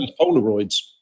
polaroids